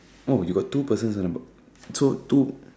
oh you got two persons on the boat so two